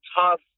tough